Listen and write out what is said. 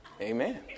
Amen